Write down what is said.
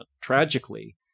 tragically